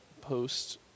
post